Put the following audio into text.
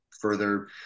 further